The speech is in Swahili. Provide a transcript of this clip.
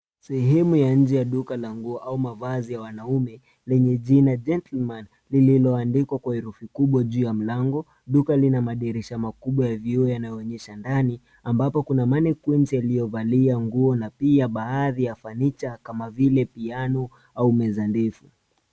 Sehemu ya nje ya duka la nguo au mavazi ya wanaume lenye jina Gentleman lililoandikwa kwa herufi kubwa juu ya mlango. Duka lina madirisha makubwa ya vioo yanayoonyesha ndani ambapo kuna mannequins yaliyovalia nguo na pia baadhi ya furniture kama vile piano au meza ndefu.